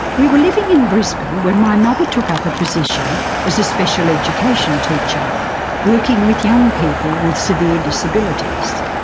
we were living in brisbane when my mother took up a position as a special education teacher working with young people with severe disabilities.